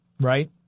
right